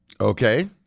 Okay